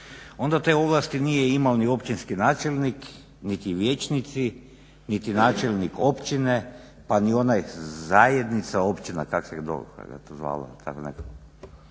onda te ovlasti nije imao ni općinski načelnik niti vijećnici, niti načelnik općine pa ni onaj zajednica općina, kak se to zvalo, tako nekako